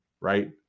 right